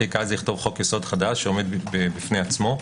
הכי קל זה לכתוב חוק יסוד חדש שעומד בפני עצמו.